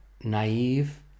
naive